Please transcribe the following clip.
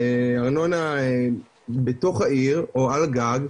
ארנונה בתוך העיר, או על גג,